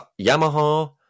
Yamaha